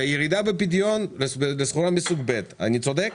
וירידה בפדיון בסחורה מסוג ב', אני צודק?